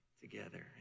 together